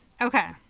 okay